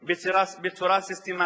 בצורה סיסטמטית.